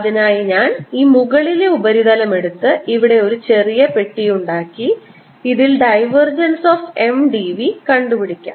അതിനായി ഞാൻ ഈ മുകളിലെ ഉപരിതലം എടുത്ത് ഇവിടെ ഒരു ചെറിയ പെട്ടി ഉണ്ടാക്കി ഇതിൽ ഡ്രൈവർജൻസ് ഓഫ് M dv കണ്ടുപിടിക്കാം